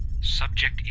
Subject